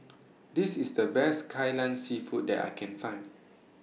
This IS The Best Kai Lan Seafood that I Can Find